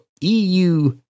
EU